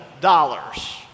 dollars